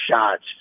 shots